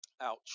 ouch